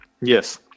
yes